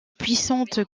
puissante